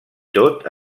tot